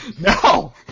No